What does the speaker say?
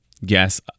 yes